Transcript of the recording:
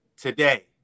Today